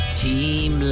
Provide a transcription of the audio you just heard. team